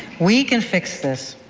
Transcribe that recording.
we can fix this.